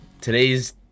Today's